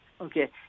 Okay